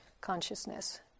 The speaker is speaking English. consciousness